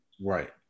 Right